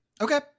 Okay